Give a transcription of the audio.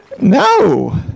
No